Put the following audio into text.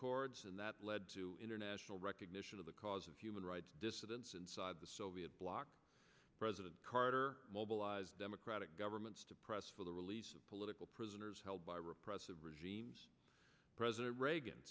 accords and that led to international recognition of the cause of human rights dissidents inside the soviet bloc president carter mobilized democratic governments to press for the release of political prisoners held by repressive regimes president reagan